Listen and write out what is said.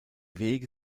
wege